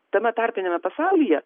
tame tarpiniame pasaulyje